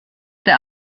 der